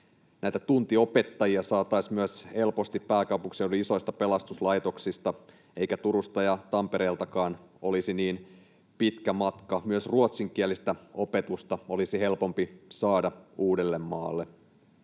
Tuntiopettajia saataisiin myös helposti pääkaupunkiseudun isoista pelastuslaitoksista, eikä Turusta ja Tampereeltakaan olisi niin pitkä matka. Myös ruotsinkielistä opetusta olisi helpompi saada Uudellemaalle.